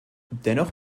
dennoch